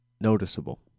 noticeable